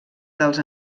dels